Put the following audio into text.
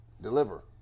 deliver